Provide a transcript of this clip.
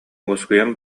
уоскуйан